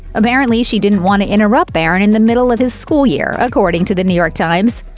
apparently, she didn't want to interrupt barron in the middle of his school year, according to the new york times.